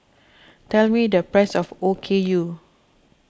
tell me the price of Okayu